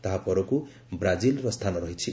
ତାହାପରକୁ ବ୍ରାଜିଲ୍ର ସ୍ଥାନ ରହିଛି